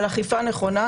על אכיפה נכונה,